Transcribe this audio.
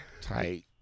Tight